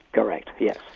correct yes.